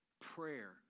Prayer